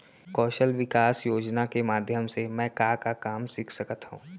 कौशल विकास योजना के माधयम से मैं का का काम सीख सकत हव?